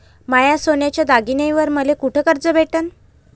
माया सोन्याच्या दागिन्यांइवर मले कुठे कर्ज भेटन?